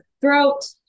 throat